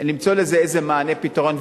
למצוא איזה מענה או פתרון,